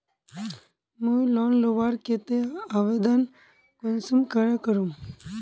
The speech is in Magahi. मुई लोन लुबार केते आवेदन कुंसम करे करूम?